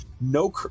no